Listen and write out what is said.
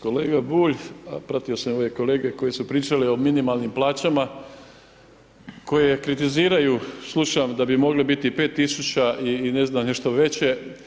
Kolega Bulj, pratio sam i ove kolege koji su pričali o minimalnim plaćama koje kritiziraju slušam da bi mogli biti 5.000 i ne znam nešto veće.